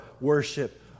worship